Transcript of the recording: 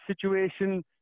situation